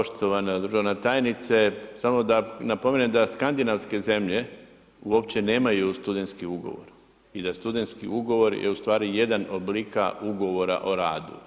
Poštovana državna tajnice, samo da napomenem da skandinavske zemlje uopće nemaju studentski ugovor i da studentski ugovor je ustvari jedan od oblika ugovora o radu.